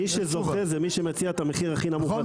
מי שזוכה זה מי שמציע את המחיר הכי נמוך לצרכן.